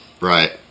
Right